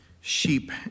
sheep